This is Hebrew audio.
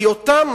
כי אותם,